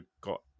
got